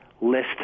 list